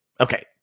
Okay